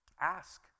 ask